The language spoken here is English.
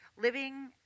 Living